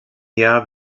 jahr